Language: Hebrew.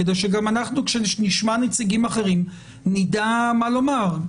כדי שגם אנחנו כשנשמע נציגים אחרים נדע מה לומר.